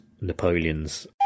Napoleon's